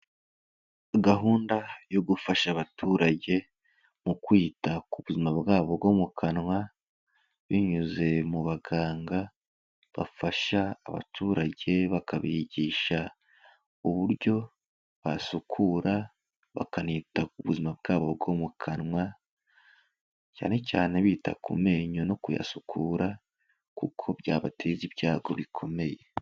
Gahunda yo gufasha abaturage mu kwita ku buzima bwabo bwo mu kanwa, binyuze mu baganga bafasha abaturage bakabigisha uburyo basukura bakanita ku buzima bwabo bwo mu kanwa, cyane cyane bita ku menyo no kuyasukura, kuko byabateza ibyago bikomeye.